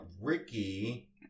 Ricky